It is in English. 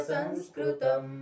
Sanskritam